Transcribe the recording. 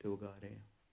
ਅਤੇ ਉਗਾ ਰਹੇ ਹਾਂ